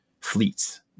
fleets